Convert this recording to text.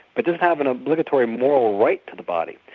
but does it have an obligatory moral right to the body?